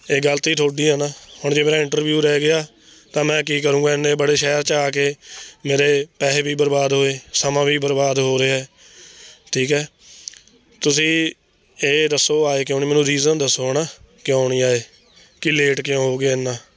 ਇਹ ਗਲਤੀ ਤੁਹਾਡੀ ਹੈ ਨਾ ਹੁਣ ਜੇ ਮੇਰਾ ਇੰਟਰਵਿਊ ਰਹਿ ਗਿਆ ਤਾਂ ਮੈਂ ਕੀ ਕਰੂੰਗਾ ਇੰਨੇ ਬੜੇ ਸ਼ਹਿਰ 'ਚ ਆ ਕੇ ਮੇਰੇ ਪੈਸੇ ਵੀ ਬਰਬਾਦ ਹੋਏ ਸਮਾਂ ਵੀ ਬਰਬਾਦ ਹੋ ਰਿਹਾ ਹੈ ਠੀਕ ਹੈ ਤੁਸੀਂ ਇਹ ਦੱਸੋ ਆਏ ਕਿਉਂ ਨਹੀਂ ਮੈਨੂੰ ਰੀਜ਼ਨ ਦੱਸੋ ਹੈ ਨਾ ਕਿਉਂ ਨਹੀਂ ਆਏ ਕਿ ਲੇਟ ਕਿਉਂ ਹੋ ਗਏ ਇੰਨਾ